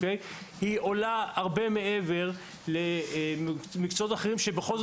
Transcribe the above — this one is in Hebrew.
היא עולה הרבה מעבר למקצועות אחרים שבכל זאת